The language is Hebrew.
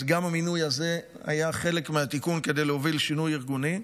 גם המינוי הזה היה חלק מהתיקון כדי להוביל שינוי ארגוני.